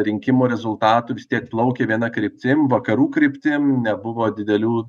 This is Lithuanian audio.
rinkimų rezultatų vis tiek plaukė viena kryptim vakarų kryptim nebuvo didelių